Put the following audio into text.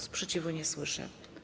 Sprzeciwu nie słyszę.